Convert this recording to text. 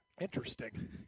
Interesting